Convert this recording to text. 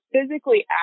physically